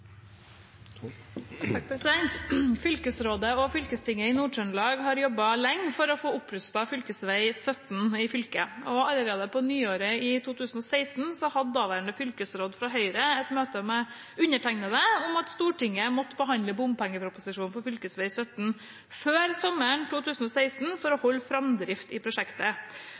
Fylkesrådet og fylkestinget i Nord-Trøndelag har jobbet lenge for å få opprustet fv. 17 i fylket. Allerede på nyåret i 2016 hadde daværende fylkesråd fra Høyre et møte med undertegnede om at Stortinget måtte behandle bompengeproposisjonen for fv.17 før sommeren 2016 for å holde framdrift i prosjektet.